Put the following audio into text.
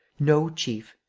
no, chief,